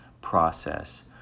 process